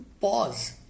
pause